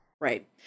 Right